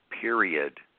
period